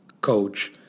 coach